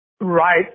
right